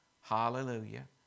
Hallelujah